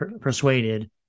persuaded